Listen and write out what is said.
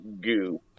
goo